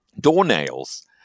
doornails